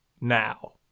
Now